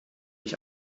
ich